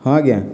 ହଁ ଆଜ୍ଞା